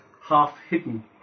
half-hidden